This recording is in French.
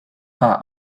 pas